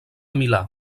milà